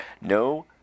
no